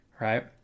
right